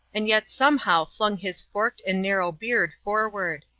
and yet somehow flung his forked and narrow beard forward.